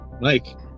Mike